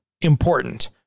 important